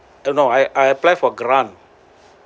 oh no I I apply for grant